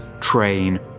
train